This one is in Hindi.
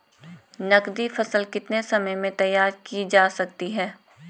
नगदी फसल कितने समय में तैयार की जा सकती है?